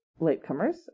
latecomers